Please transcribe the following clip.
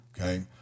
okay